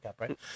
right